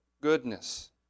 goodness